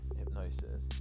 hypnosis